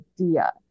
idea